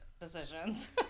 decisions